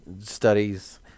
studies